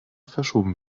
verschoben